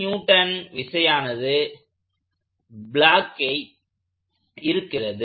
32N விசையானது ப்ளாக்கை இருக்கிறது